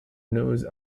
news